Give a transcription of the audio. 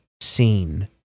seen